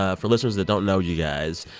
ah for listeners that don't know you guys,